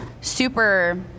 super